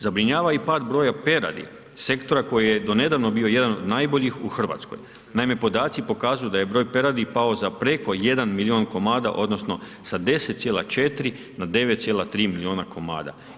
Zabrinjava i pad broja peradi, sektora koji je do nedavno bio jedan od najboljih u Hrvatskoj, naime podaci pokazuju da je broj peradi pao za preko 1 milijun komada, odnosno, sa 10,4 na 9,3 milijuna komada.